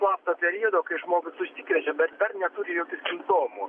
slapto periodo kai žmogus užsikrečia bet dar neturi jokių simptomų